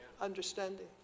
understanding